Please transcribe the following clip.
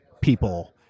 people